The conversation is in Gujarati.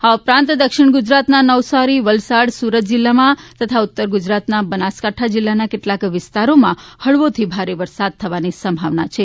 આ ઉપરાંત દક્ષિણ ગુજરાતના નવસારી વલસાડ સુરત જિલ્લામાં તથા ઉત્તર ગુજરાતના બનાસકાંઠા જિલ્લાના કેટલાક વિસ્તારોમાં હળવોથી ભારે વરસાદ થવાની સંભાવના છે